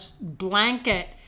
blanket